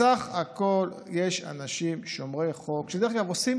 בסך הכול יש אנשים שומרי חוק, שדרך אגב, עושים